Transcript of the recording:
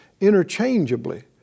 interchangeably